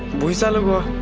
masala.